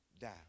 die